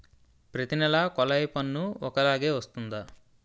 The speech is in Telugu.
ప్రతి నెల కొల్లాయి పన్ను ఒకలాగే వస్తుందా?